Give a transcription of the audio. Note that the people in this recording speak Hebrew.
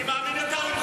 אני מאמין יותר ממך.